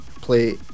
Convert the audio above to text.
play